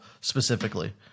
specifically